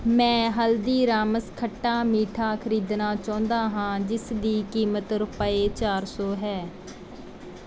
ਮੈਂ ਹਲਦੀਰਾਮਸ ਖੱਟਾ ਮੀਠਾ ਖਰੀਦਣਾ ਚਾਹੁੰਦਾ ਹਾਂ ਜਿਸ ਦੀ ਕੀਮਤ ਰੁਪਏ ਚਾਰ ਸੌ ਹੈ